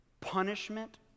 punishment